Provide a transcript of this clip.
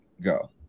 go